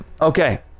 Okay